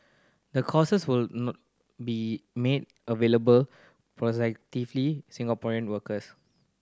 the courses will be made available Singaporean workers